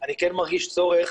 אני כן מרגיש צורך